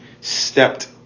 stepped